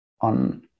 on